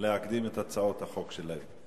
להקדים את הצעות החוק שלהם.